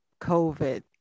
COVID